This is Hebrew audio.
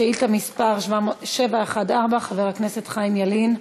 שאילתה מס' 714 של חבר הכנסת חיים ילין: